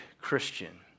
Christian